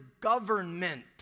government